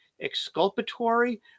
exculpatory